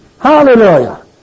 Hallelujah